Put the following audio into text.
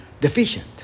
deficient